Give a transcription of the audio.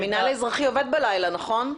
המינהל האזרחי עובד בלילה, נכון?